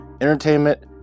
entertainment